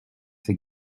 ces